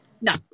no